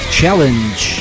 challenge